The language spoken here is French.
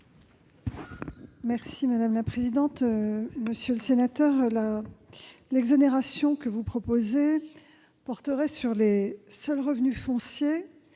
l'avis du Gouvernement ? Monsieur le sénateur, l'exonération que vous proposez porterait sur les seuls revenus fonciers